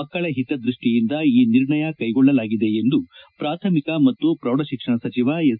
ಮಕ್ಕಳ ಹಿತದೃಷ್ಷಿಯಿಂದ ಈ ನಿರ್ಣಯ ಕ್ಲೆಗೊಳ್ಳಲಾಗಿದೆ ಎಂದು ಪ್ರಾಥಮಿಕ ಮತ್ತು ಪ್ರೌಢಶಿಕ್ಷಣ ಸಚಿವ ಎಸ್